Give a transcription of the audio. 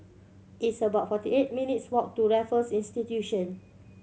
it's about forty eight minutes' walk to Raffles Institution